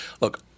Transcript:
look